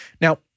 Now